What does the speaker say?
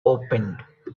opened